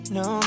no